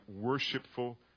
worshipful